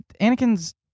Anakin's